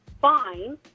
fine